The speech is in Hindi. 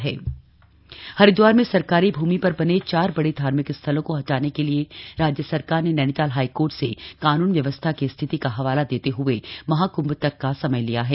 हाईकोर्ट हरिद्वार में सरकारी भूमि पर बने चार बड़े धार्मिक स्थलों को हटाने के लिए राज्य सरकार ने नैनीताल हाईकोर्ट से कानून व्यवस्था की स्थिति का हवाला देते हुए महाकृंभ तक का समय लिया है